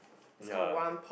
ya